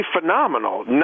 phenomenal